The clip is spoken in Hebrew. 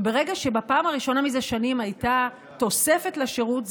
ברגע שבפעם הראשונה מזה שנים הייתה תוספת לשירות,